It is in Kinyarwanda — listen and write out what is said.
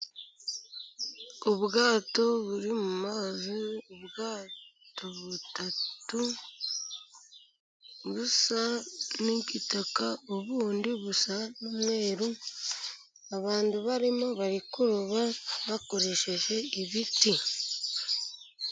Ubwato buri mu mazi, ubwato butatu. Busa n'igitaka ubundi busa n'umweru. Abantu barimo bari kuroba bakoresheje ibiti.